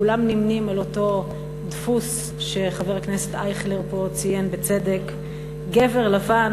כולם נמנים עם אותו דפוס שחבר הכנסת אייכלר פה ציין בצדק גבר לבן,